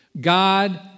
God